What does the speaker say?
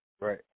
Right